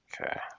Okay